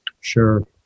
Sure